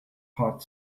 hot